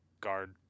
Guard